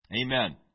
Amen